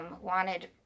wanted